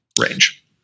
range